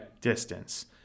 distance